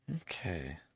Okay